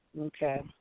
Okay